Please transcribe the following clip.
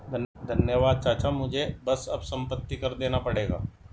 धन्यवाद चाचा मुझे बस अब संपत्ति कर देना पड़ेगा